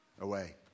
away